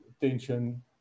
tension